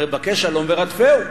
הרי בקש שלום ורודפהו.